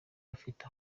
bafite